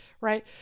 right